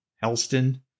Helston